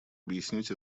объяснить